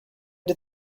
did